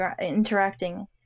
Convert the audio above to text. interacting